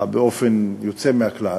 באופן יוצא מהכלל,